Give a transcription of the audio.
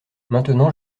maintenant